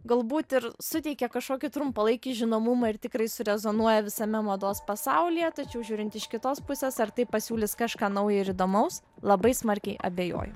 galbūt ir suteikia kažkokį trumpalaikį žinomumą ir tikrai surezonuoja visame mados pasaulyje tačiau žiūrint iš kitos pusės ar tai pasiūlys kažką naujo ir įdomaus labai smarkiai abejoju